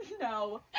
no